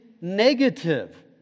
negative